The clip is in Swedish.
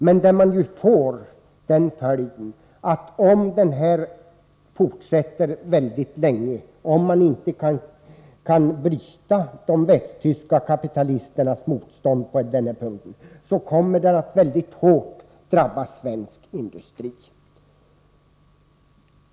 Men om de västtyska kapitalisternas motstånd inte kan brytas utan strejken fortsätter länge, blir följden att svensk industri drabbas mycket hårt.